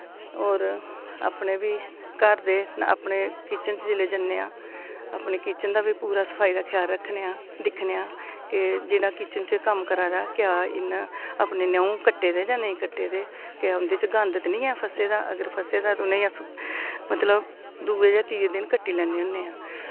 होर अपने बी घर दे अपने किचन च जिल्लै जन्ने आं अपनी किचन दा बी पूरा सफाई दा ख्याल रक्खने आं दिक्खने आं के जेह्ड़ा किचन च कम्म करा दा क्या इ'न्नै अपने नाउं कट्टे दे जां नेईं कट्टे दे क्या उं'दे च गंद ते नि ऐ फसे दा अगर फसे दा ते उ'नें ई अस मतलब दुए जां तिये दिन कट्टी लैने होन्ने आं